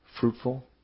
fruitful